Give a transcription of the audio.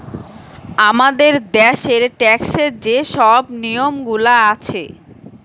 আমাদের দ্যাশের ট্যাক্সের যে শব নিয়মগুলা আছে